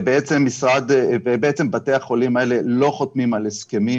ובעצם בתי החולים האלה לא חותמים על הסכמים.